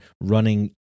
running